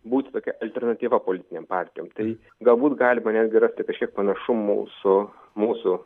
būti tokia alternatyva politinėm partijom tai galbūt galima netgi rasti kažkiek panašumų su mūsų